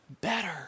better